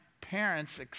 parents